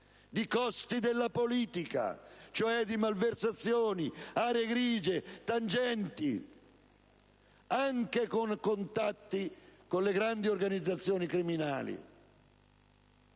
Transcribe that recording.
di costi della politica, cioè di malversazioni, aree grigie e tangenti, anche con contatti con le grandi organizzazioni criminali.